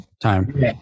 time